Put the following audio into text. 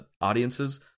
audiences